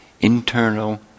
internal